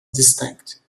distincte